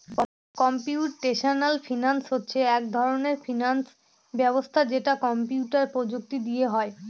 computational finance হচ্ছে এক ধরনের ফিনান্স ব্যবস্থা যেটা কম্পিউটার প্রযুক্তি দিয়ে হয়